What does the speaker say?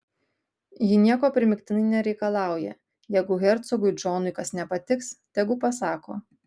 ji nieko primygtinai nereikalauja jeigu hercogui džonui kas nepatiks tegu pasako